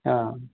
ହଁ